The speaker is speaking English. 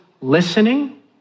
listening